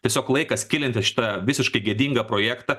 tiesiog laikas kilinti visiškai gėdingą projektą